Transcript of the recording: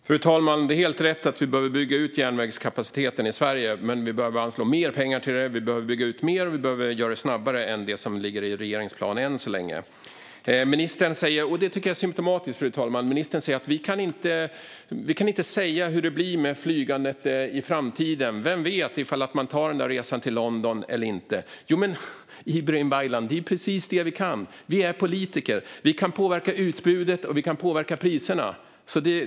Fru talman! Det är helt rätt att vi behöver bygga ut järnvägskapaciteten i Sverige, men vi behöver också anslå mer pengar till det. Vi behöver bygga ut mer och göra det snabbare än enligt det som än så länge ligger i regeringens plan. Ministern säger - och det tycker jag är symtomatiskt, fru talman - att vi inte kan säga hur det blir med flygandet i framtiden. Vem vet om man tar den där resan till London eller inte? Jo, Ibrahim Baylan, det är ju precis det vi kan. Vi är politiker. Vi kan påverka utbudet och priserna.